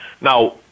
Now